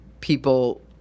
people